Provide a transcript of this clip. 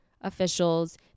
officials